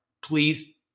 please